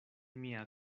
mia